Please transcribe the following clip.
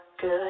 good